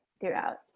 throughout